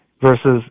versus